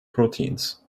proteins